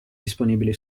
disponibili